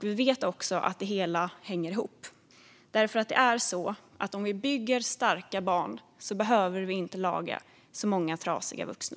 Vi vet också att det hela hänger ihop, för om vi bygger starka barn behöver vi inte laga så många trasiga vuxna.